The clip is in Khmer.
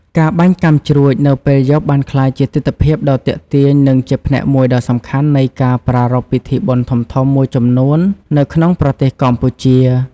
ការបាញ់កាំជ្រួចនៅពេលយប់បានក្លាយជាទិដ្ឋភាពដ៏ទាក់ទាញ និងជាផ្នែកមួយដ៏សំខាន់នៃការប្រារព្ធពិធីបុណ្យធំៗមួយចំនួននៅក្នុងប្រទេសកម្ពុជា។